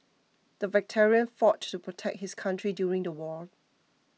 the veteran fought to protect his country during the war